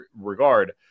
regard